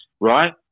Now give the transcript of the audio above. right